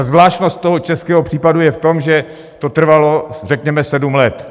Zvláštnost toho českého případu je v tom, že to trvalo řekněme sedm let.